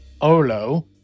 Olo